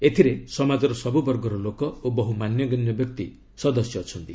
ଏଥିରେ ସମାଜର ସବୁ ବର୍ଗର ଲୋକ ଓ ବହୁ ମାନ୍ୟଗଣ୍ୟ ବ୍ୟକ୍ତି ସଦସ୍ୟ ଅଛନ୍ତି